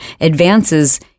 advances